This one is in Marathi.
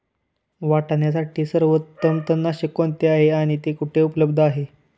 वाटाण्यासाठी सर्वोत्तम तणनाशक कोणते आहे आणि ते कुठे उपलब्ध आहे?